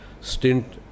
stint